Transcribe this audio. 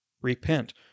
Repent